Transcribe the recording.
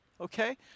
okay